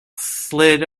slid